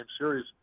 series